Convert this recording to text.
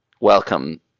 welcome